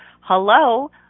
Hello